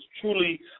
truly